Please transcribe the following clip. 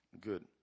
Good